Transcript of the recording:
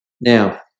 Now